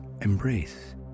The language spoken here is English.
embrace